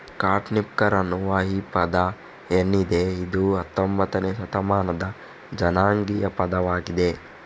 cotton picker ಅನ್ನುವ ಈ ಪದ ಏನಿದೆ ಇದು ಹತ್ತೊಂಭತ್ತನೇ ಶತಮಾನದ ಜನಾಂಗೀಯ ಪದವಾಗಿದೆ